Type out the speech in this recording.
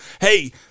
Hey